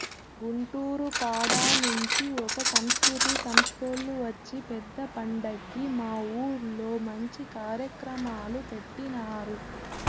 గుంటూరు కాడ నుంచి ఒక సాంస్కృతిక సంస్తోల్లు వచ్చి పెద్ద పండక్కి మా ఊర్లో మంచి కార్యక్రమాలు పెట్టినారు